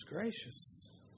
gracious